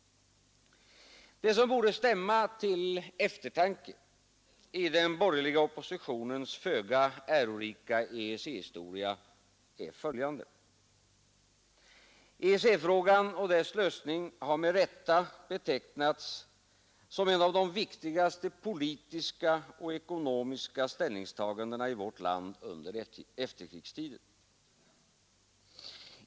Det som borde stämma till eftertanke i den borgerliga oppositionens föga ärorika EEC-historia är följande: EEC-frågan och dess lösning har med rätta betecknats som en av de viktigaste politiska och ekonomiska ställningstagandena i vårt land under efterkrigstiden.